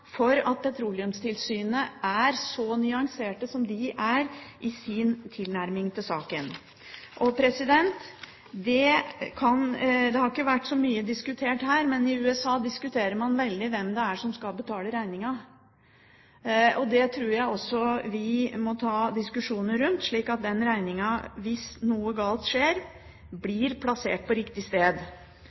for at Petroleumstilsynet er så nyansert som det er i sin tilnærming til saken. Det har ikke vært så mye diskutert her, men i USA diskuterer man veldig hvem det er som skal betale regningen. Det tror jeg også vi må ta diskusjoner rundt, slik at regningen, hvis noe galt skjer, blir plassert på riktig sted.